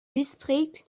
district